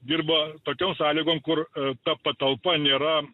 dirba tokiom sąlygom kur ta patalpa nėra